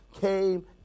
came